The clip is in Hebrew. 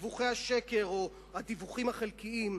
דיווחי השקר או הדיווחים החלקיים,